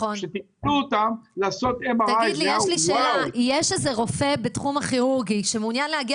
יש רופא בתחום הכירורגי שמעוניין להגיע